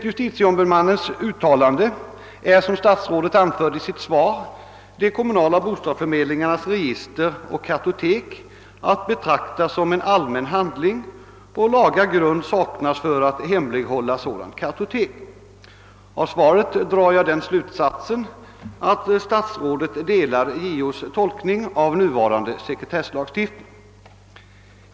JO anser, som statsrådet anfört i svaret, att »kartotek hos kommunala bostadsförmedlingars register är att betrakta som allmän handling och att laga grund saknas för att hemlighålla sådant kartotek». Jag drar av interpellationssvaret slutsatsen att statsrådet delar JO:s uppfattning om tolkningen härvidlag av gällande sekretesslagstiftning.